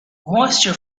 moisture